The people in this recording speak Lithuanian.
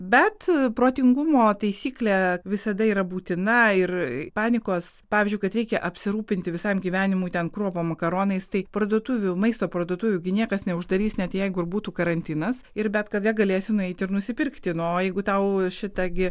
bet protingumo taisyklė visada yra būtina ir panikos pavyzdžiui kad reikia apsirūpinti visam gyvenimui ten kruopom makaronais tai parduotuvių maisto parduotuvių gi niekas neuždarys net jeigu ir būtų karantinas ir bet kada galėsi nueiti ir nusipirkti nu o jeigu tau šita gi